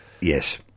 Yes